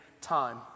time